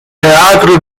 teatro